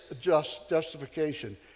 justification